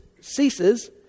ceases